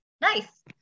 nice